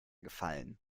gefallen